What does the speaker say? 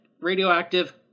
radioactive